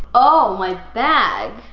oh, my bag.